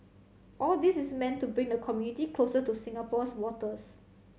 all this is meant to bring the community closer to Singapore's waters